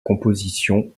composition